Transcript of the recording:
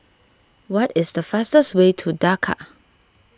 what is the fastest way to Dakar